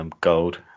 Gold